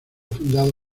fundado